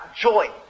Joy